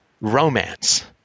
romance